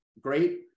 great